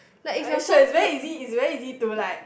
are you sure it is very easy is very easy to like